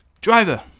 driver